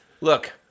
look